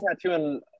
tattooing